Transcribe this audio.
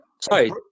Sorry